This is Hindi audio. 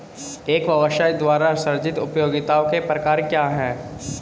एक व्यवसाय द्वारा सृजित उपयोगिताओं के प्रकार क्या हैं?